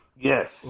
Yes